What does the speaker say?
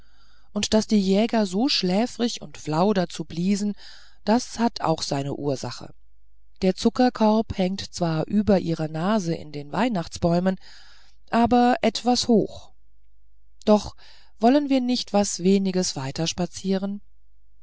und daß die jäger so schläfrig und flau dazu bliesen das hat auch seine ursachen der zuckerkorb hängt zwar über ihrer nase in den weihnachtsbäumen aber etwas hoch doch wollen wir nicht was weniges weiter spazieren